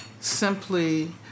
simply